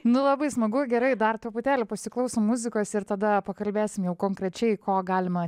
nu labai smagu gerai dar truputėlį pasiklausom muzikos ir tada pakalbėsim jau konkrečiai ko galima